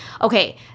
Okay